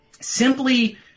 simply